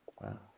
Wow